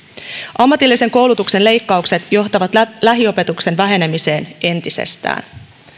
ammatillisen koulutuksen leikkaukset johtavat lähiopetuksen vähenemiseen entisestään